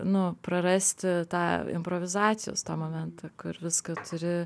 nu prarasti tą improvizacijos tą momentą kur viską turi